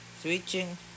switching